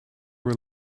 were